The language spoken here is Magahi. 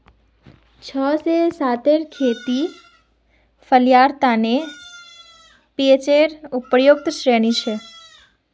छह से सात खेत फलियार तने पीएचेर उपयुक्त श्रेणी छे